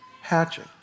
hatching